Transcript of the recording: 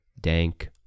dank